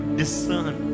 discern